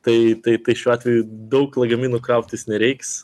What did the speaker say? tai tai tai šiuo atveju daug lagaminų krautis nereiks